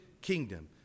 kingdom